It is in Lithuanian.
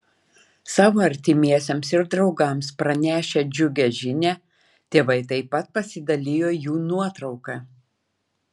savo artimiesiems ir draugams pranešę džiugią žinią tėvai taip pat pasidalijo jų nuotrauka